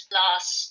last